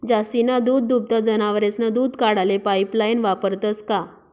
जास्तीना दूधदुभता जनावरेस्नं दूध काढाले पाइपलाइन वापरतंस का?